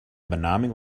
benaming